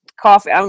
coffee